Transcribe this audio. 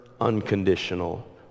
unconditional